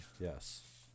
Yes